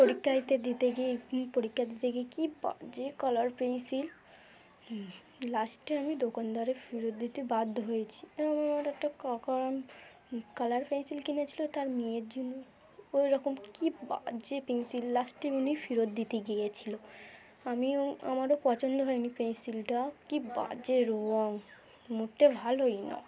পরীক্ষাতে দিতে গিয়ে পরীক্ষা দিতে গিয়ে কী বাজে কালার পেনসিল লাস্টে আমি দোকানদারে ফেরত দিতে বাধ্য হয়েছি আমার একটা কাক কালার পেনসিল কিনেছিলো তার মেয়ের জন্য ওইরকম কী বাজে পেন্সিল লাস্টে আমি ফেরত দিতে গিয়েছিলো আমিও আমারও পছন্দ হয়নি পেনসিলটা কী বাজে রুয়াং মোটে ভালোই না